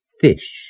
fish